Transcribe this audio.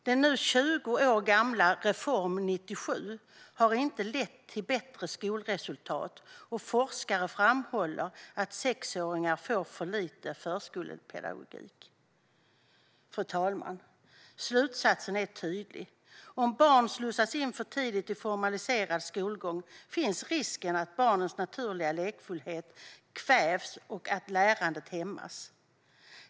Den nu 20 år gamla Reform 97 har inte lett till bättre skolresultat, och forskare framhåller att sexåringar får för lite förskolepedagogik. Fru talman! Slutsatsen är tydlig: Om barn slussas in för tidigt i formaliserad skolgång finns risken att barnens naturliga lekfullhet kvävs och att lärandet hämmas.